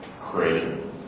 created